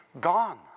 gone